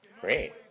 Great